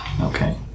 Okay